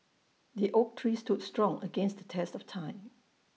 the oak tree stood strong against the test of time